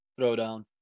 throwdown